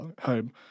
home